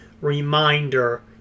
reminder